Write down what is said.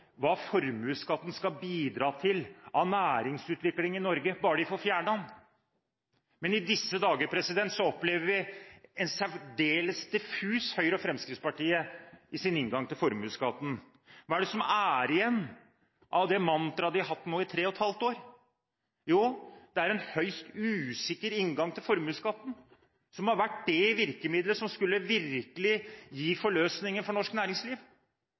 hva formuesskatten skal bidra til av næringsutvikling i Norge bare de får fjernet den. Men i disse dager opplever vi en særdeles diffus inngang til formuesskatten fra Høyre og Fremskrittspartiet. Hva er det som er igjen av det mantra de har hatt nå i tre og et halvt år? Jo, det er en høyst usikker inngang til formuesskatten, som har vært det virkemidlet som virkelig skulle gi forløsninger for norsk næringsliv.